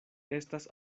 estas